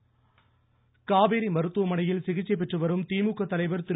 கருணாநிதி காவேரி மருத்துவமனையில் சிகிச்சைபெற்றுவரும் திமுக தலைவர் திரு